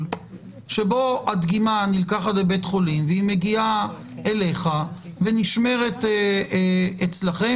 שבו הדגימה נלקחת בבית חולים והיא מגיעה אליך ונשמרת אצלכם?